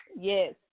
Yes